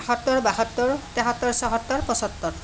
এসত্তৰ বাসত্তৰ তেসত্তৰ চৌসত্তৰ পঁয়সত্তৰ